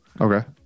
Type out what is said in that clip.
Okay